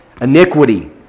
iniquity